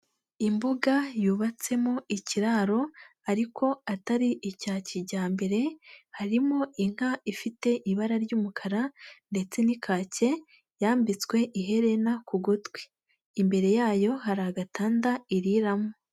Imbuga yubatsemo ikiraro ariko atari icya kijyambere, harimo inka ifite ibara ry'umukara ndetse n'ikake, yambitswe iherena ku gutwi, imbere yayo hari agatanda iriramo.